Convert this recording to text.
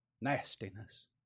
Nastiness